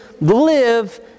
live